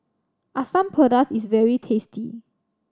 Asam Pedas is very tasty